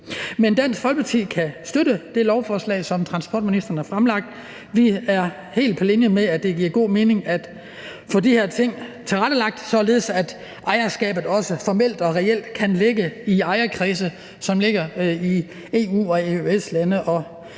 Men Dansk Folkeparti kan støtte det lovforslag, som transportministeren har fremsat. Vi er helt på linje med, at det giver god mening at få de her ting tilrettelagt, således at ejerskabet også formelt og reelt kan ligge i ejerkredse, som ligger i EU- og EØS-lande